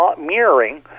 mirroring